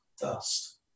dust